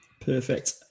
Perfect